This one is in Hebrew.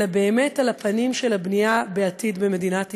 אלא באמת על הפנים של הבנייה בעתיד במדינת ישראל,